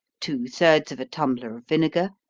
two thirds of a tumbler of vinegar,